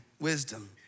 wisdom